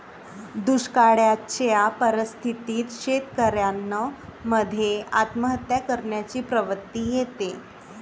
दुष्काळयाच्या परिस्थितीत शेतकऱ्यान मध्ये आत्महत्या करण्याची प्रवृत्ति येते